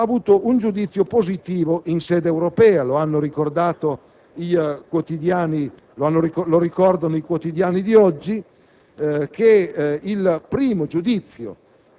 ha avuto un giudizio positivo in sede europea; riportano i quotidiani di oggi che il primo giudizio